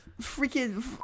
freaking